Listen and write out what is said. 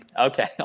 Okay